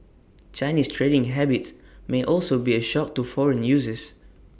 Chinese trading habits may also be A shock to foreign users